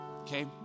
okay